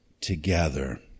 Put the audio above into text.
together